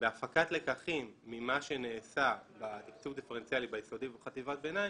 בהפקת לקחים ממה שנעשה בתקצוב דיפרנציאלי ביסודי ובחטיבת ביניים,